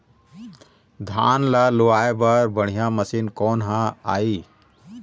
धान ला लुआय बर बढ़िया मशीन कोन हर आइ?